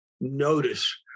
notice